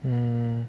hmm